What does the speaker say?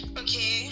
okay